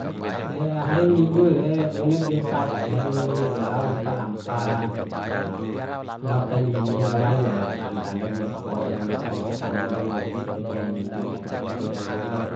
De hari minggu de bune biasa kai hari minggu de lao lampa lampa lao kalili lao wara ja lao ntan ntanda biosko kani skali skali de niki aim minggu de